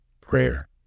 Prayer